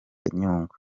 nyungwe